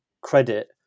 credit